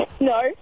No